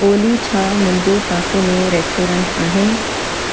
ओली छा मुंहिंजे पासे में रेस्टोरंट आहिनि